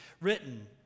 written